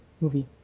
movie